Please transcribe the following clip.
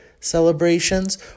celebrations